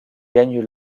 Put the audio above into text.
gagne